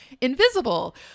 invisible